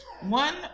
One